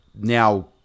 now